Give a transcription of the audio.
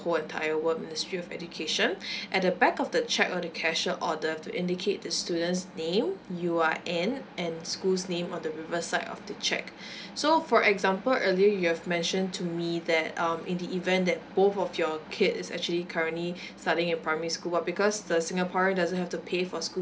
whole entire work ministry of education at the back of the cheque or the cashier order to indicate the students name you are in and school's name onthe reverse side of the cheque so for example earlier you've mentioned to me that um in the event that both of your kid is actually currently studying in primary school what because the singaporean doesn't have to pay for schools